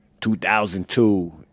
2002